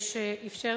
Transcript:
הכנסת.